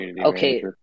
okay